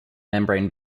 membrane